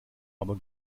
aber